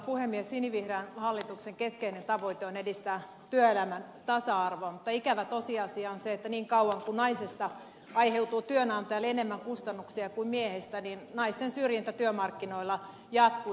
sinivihreän hallituksen keskeinen tavoite on edistää työelämän tasa arvoa mutta ikävä tosiasia on se että niin kauan kuin naisesta aiheutuu työnantajalle enemmän kustannuksia kuin miehestä naisten syrjintä työmarkkinoilla jatkuu